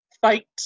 fight